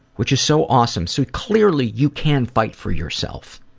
which is so awesome, so clearly you can fight for yourself.